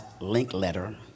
Linkletter